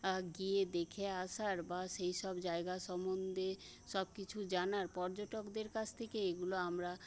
গিয়ে দেখে আসার বা সেইসব জায়গা সম্বন্ধে সবকিছু জানার পর্যটকদের কাছ থেকে এগুলো আমরা